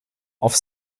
auf